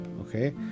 okay